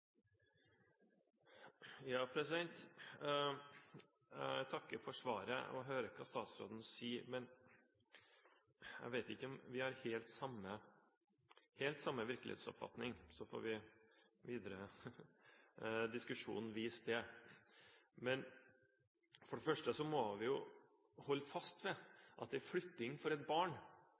Jeg takker for svaret og hører hva statsråden sier, men jeg vet ikke om vi har helt samme virkelighetsoppfatning. Det får den videre diskusjonen vise. For det første må vi holde fast ved at flytting for et barn,